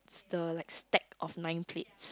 the like stack of nine plates